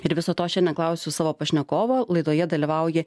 ir viso to šiandien klausiu savo pašnekovą laidoje dalyvauja